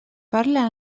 parla